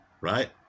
right